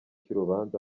cy’urubanza